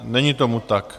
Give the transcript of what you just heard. Není tomu tak.